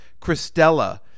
Christella